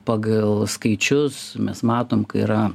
pagal skaičius mes matom yra